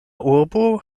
urbo